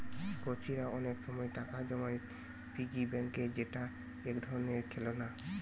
কচিরা অনেক সময় টাকা জমায় পিগি ব্যাংকে যেটা এক ধরণের খেলনা